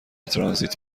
ترانزیت